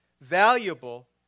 valuable